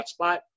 hotspot